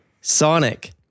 Sonic